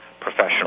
professional